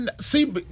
See